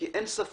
כי אין ספק